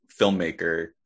filmmaker